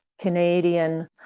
Canadian